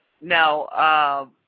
Now